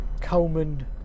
Coleman